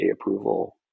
approval